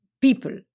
People